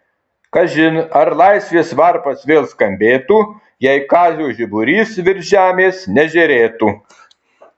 kažin ar laisvės varpas vėl skambėtų jei kazio žiburys virš žemės nežėrėtų